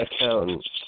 accountant